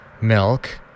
milk